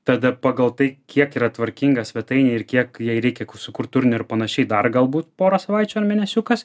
tada pagal tai kiek yra tvarkinga svetainė ir kiek jai reikia sukurt turinio ir panašiai dar galbūt porą savaičių ar mėnesiukas